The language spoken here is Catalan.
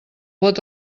vot